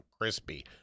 crispy